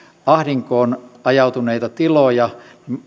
ahdinkoon ajautuneilla tiloilla